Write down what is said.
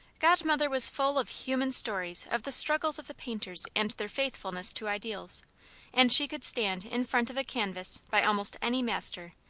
godmother was full of human stories of the struggles of the painters and their faithfulness to ideals and she could stand in front of a canvas by almost any master,